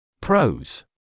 Pros